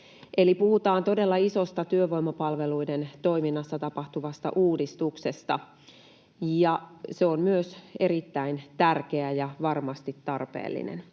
puhutaan todella isosta työvoimapalveluiden toiminnassa tapahtuvasta uudistuksesta, ja se on myös erittäin tärkeä ja varmasti tarpeellinen.